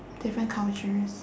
different cultures